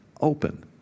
open